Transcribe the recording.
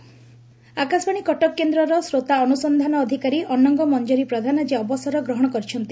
ଅବସର ଗ୍ରହଣ ଆକାଶବାଣୀ କଟକ କେନ୍ଦର ଶ୍ରୋତା ଅନୁସକ୍ଷାନ ଅଧିକାରୀ ଅନଙ୍ଙ ମଞ୍ଞରୀ ପ୍ରଧାନ ଆକି ଅବସର ଗ୍ରହଶ କରିଛନ୍ତି